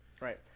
Right